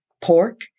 pork